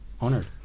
honored